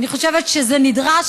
אני חושבת שזה נדרש,